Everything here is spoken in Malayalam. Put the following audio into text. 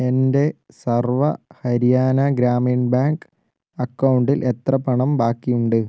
എൻ്റെ സർവ്വ ഹരിയാന ഗ്രാമീൺ ബാങ്ക് അക്കൗണ്ടിൽ എത്ര പണം ബാക്കിയുണ്ട്